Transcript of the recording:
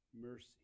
mercy